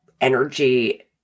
energy